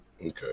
Okay